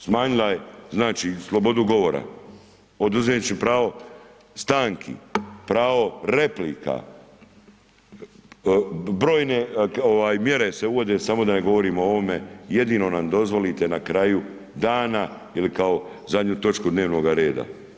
Smanjila je znači slobodu govora oduzevši im pravo stanki, pravo replika, brojne mjere se uvode samo da ne govorimo o ovome, jedino nam dozvolite na kraju dana ili kao zadnju točku dnevnoga reda.